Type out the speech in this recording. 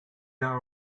are